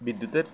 বিদ্যুতের